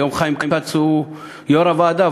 היום חיים כץ הוא יושב-ראש הוועדה,